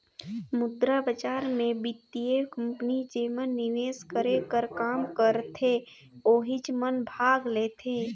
मुद्रा बजार मे बित्तीय कंपनी जेमन निवेस करे कर काम करथे ओहिच मन भाग लेथें